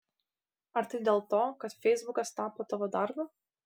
ar tai dėl to kad feisbukas tapo tavo darbu